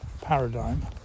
paradigm